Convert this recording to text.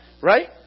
right